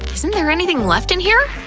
isn't there anything left in here?